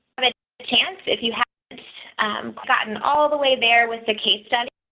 i mean chance, if you have gotten all the way there with the case study.